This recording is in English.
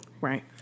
Right